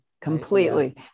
completely